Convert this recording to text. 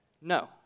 no